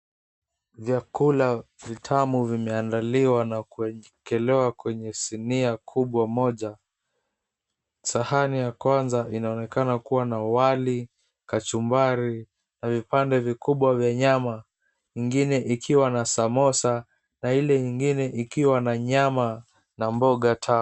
Vyakula vitamu vimeandaliwa na kuwekelewa kwenye sinia kubwa moja. Sahani ya kwanza inaonekana kuwa na wali, kachumbari na vipande vikubwa vya nyama ingine na samosa na ile nyingine ikiwa na nyama na mboga tamu.